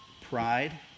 pride